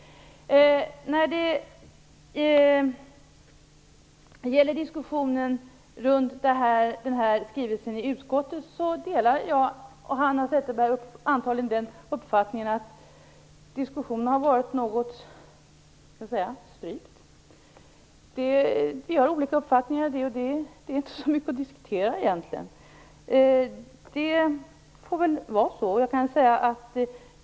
Jag delar uppfattningen - det gör förmodligen också Hanna Zetterberg - att diskussionen om skrivelsen har varit ganska strypt i utskottet. Vi har olika uppfattningar om det, och det är egentligen inte så mycket att diskutera - det får väl vara så.